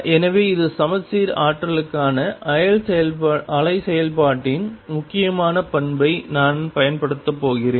எனவே இது சமச்சீர் ஆற்றலுக்கான அலை செயல்பாட்டின் முக்கியமான பண்பை நான் பயன்படுத்தப் போகிறேன்